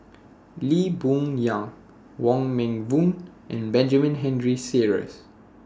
Lee Boon Yang Wong Meng Voon and Benjamin Henry Sheares